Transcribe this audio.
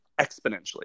exponentially